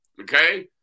okay